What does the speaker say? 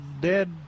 dead